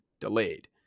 delayed